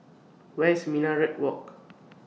Where IS Minaret Walk